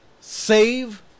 save